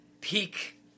peak